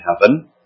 heaven